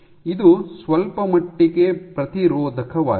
ಇದು ಸ್ವಲ್ಪಮಟ್ಟಿಗೆ ಪ್ರತಿರೋಧಕವಾಗಿದೆ